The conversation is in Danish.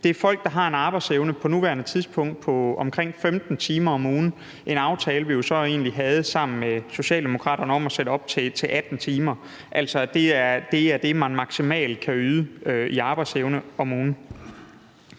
Det er folk, der har en arbejdsevne på nuværende tidspunkt på omkring 15 timer om ugen – som vi jo egentlig havde en aftale sammen med Socialdemokraterne om at sætte op til 18 timer – og det er altså det, man maksimalt kan yde i arbejdsevne om ugen.